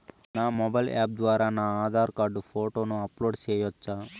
నా mobile app ద్వారా నా ఆధార్ కార్డు ఫోటోను అప్లోడ్ సేయొచ్చా?